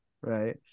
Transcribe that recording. right